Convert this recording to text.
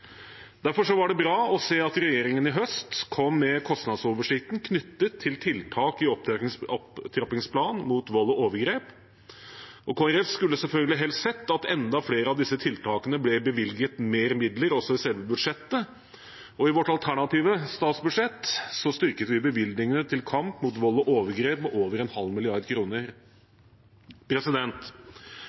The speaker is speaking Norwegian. Derfor var det bra å se at regjeringen i høst kom med kostnadsoversikten knyttet til tiltak i opptrappingsplanen mot vold og overgrep. Kristelig Folkeparti skulle selvfølgelig helst sett at det ble bevilget mer midler til enda flere av disse tiltakene, også i selve budsjettet, og i vårt alternative statsbudsjett styrket vi bevilgningene til kampen mot vold og overgrep med over en halv milliard kroner.